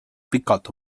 pikalt